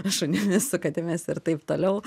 šunimis su katėmis ir taip toliau